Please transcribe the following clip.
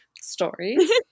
stories